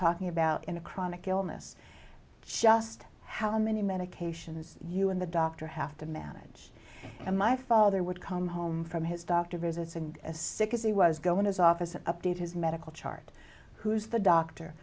talking about in a chronic illness just how many medications you and the doctor have to manage and my father would come home from his doctor visits and as sick as he was going his office an update his medical chart who's the doctor